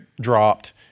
dropped